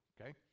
okay